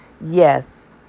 Yes